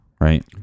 right